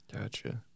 Gotcha